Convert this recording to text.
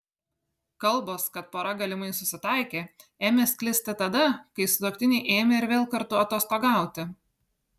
kalbos kad pora galimai susitaikė ėmė sklisti tada kai sutuoktiniai ėmė ir vėl kartu atostogauti